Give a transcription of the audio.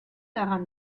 daran